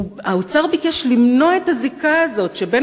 האוצר ביקש למנוע את הזיקה הזאת שבין